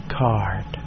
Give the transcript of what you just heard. card